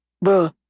Bro